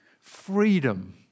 Freedom